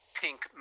pink